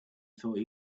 thought